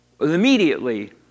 immediately